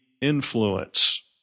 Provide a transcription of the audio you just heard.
influence